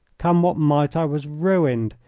come what might, i was ruined,